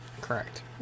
Correct